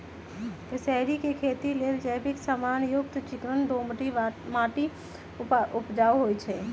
कसेलि के खेती लेल जैविक समान युक्त चिक्कन दोमट माटी उपजाऊ होइ छइ